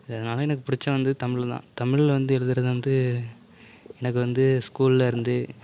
அதனால எனக்குப் புடிச்சது வந்து தமிழ் தான் தமிழில் வந்து எழுதுகிறது வந்து எனக்கு வந்து ஸ்கூலில் இருந்து